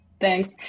Thanks